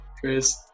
Chris